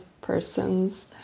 persons